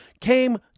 came